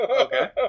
okay